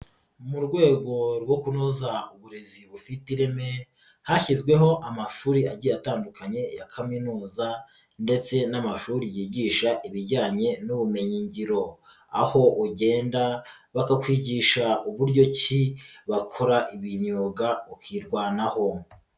Mu rwego rwo kunoza uburezi bufite ireme hashyizweho amashuri agiye atandukanye ya kaminuza ndetse n'amashuri yigisha ibijyanye n'ubumenyingiro aho ugenda bakakwigisha uburyo ki wakora imyuga ukirwanaho.